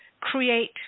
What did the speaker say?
create